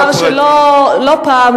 לאחר שלא פעם,